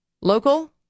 Local